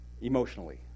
emotionally